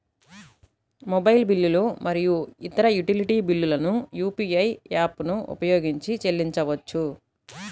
mobile బిల్లులు మరియు ఇతర యుటిలిటీ బిల్లులను యూ.పీ.ఐ యాప్లను ఉపయోగించి చెల్లించవచ్చు